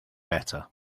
better